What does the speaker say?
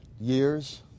years